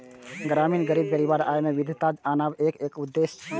ग्रामीण गरीब परिवारक आय मे विविधता आनब एकर उद्देश्य छियै